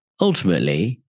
ultimately